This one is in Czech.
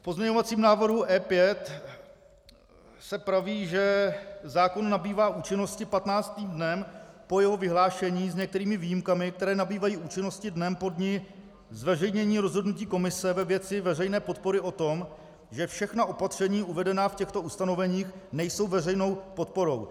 V pozměňovacím návrhu E5 se praví, že zákon nabývá účinnosti patnáctým dnem po jeho vyhlášení s některými výjimkami, které nabývají účinnosti dnem po dni zveřejnění rozhodnutí Komise ve věci veřejné podpory o tom, že všechna opatření uvedená v těchto ustanoveních nejsou veřejnou podporou.